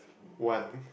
one